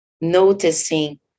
Noticing